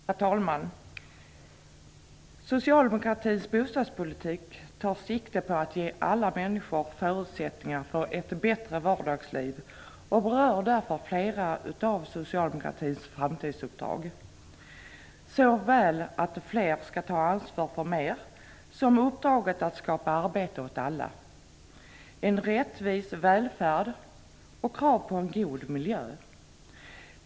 Herr talman! Socialdemokratins bostadspolitik tar sikte på att ge alla människor förutsättningar för ett bättre vardagsliv och berör därför flera av socialdemokratins framtidsuppdrag: att fler skall ta ansvar för mer, skapande av arbete åt alla, en rättvis välfärd och krav på en god miljö.